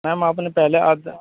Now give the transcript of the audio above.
میم آپ نے پہلے